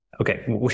okay